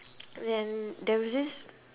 then there was this